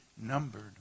numbered